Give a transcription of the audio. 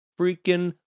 freaking